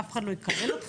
אף אחד לא יקלל אותך,